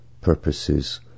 purposes